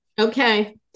okay